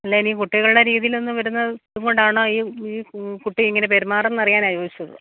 അല്ല ഇനി കുട്ടികളുടെ രീതിയിൽ നിന്ന് വരുന്നത് ഇതും കൊണ്ടാണോ ഈ ഈ കുട്ടി ഇങ്ങനെ പെരുമാറുന്നത് അറിയാനാണ് ചോദിച്ചത്